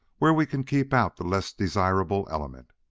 where we can keep out the less desirable element.